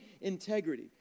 integrity